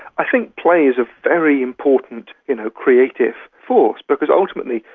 i think play is a very important you know creative force, because ultimately,